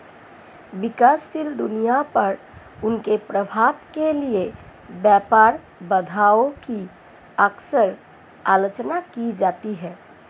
विकासशील दुनिया पर उनके प्रभाव के लिए व्यापार बाधाओं की अक्सर आलोचना की जाती है